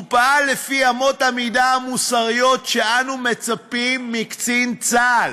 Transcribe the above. הוא פעל לפי אמות המידה המוסריות שאנו מצפים מקצין צה"ל: